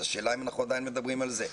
השאלה האם אנחנו עדיין מדברים על זה?